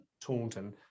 Taunton